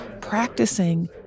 practicing